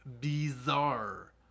bizarre